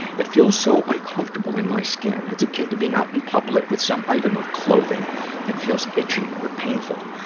it feels so uncomfortable in my skin. it's akin to being out in public with some item of clothing that feels itchy or painful.